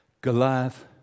Goliath